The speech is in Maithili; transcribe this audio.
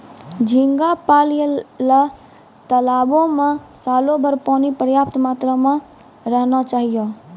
झींगा पालय ल तालाबो में सालोभर पानी पर्याप्त मात्रा में रहना चाहियो